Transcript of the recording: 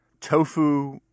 tofu